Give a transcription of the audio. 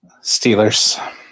Steelers